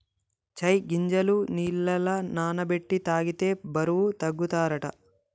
చై గింజలు నీళ్లల నాన బెట్టి తాగితే బరువు తగ్గుతారట